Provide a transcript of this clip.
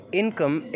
income